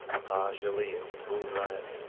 partially in the moonlight,